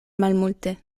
malmulte